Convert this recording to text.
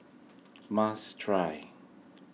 must try